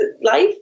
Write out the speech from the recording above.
life